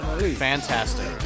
Fantastic